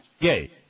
gay